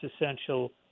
essential